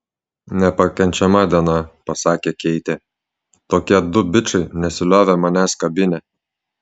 nepakenčiama diena pasakė keitė tokie du bičai nesiliovė manęs kabinę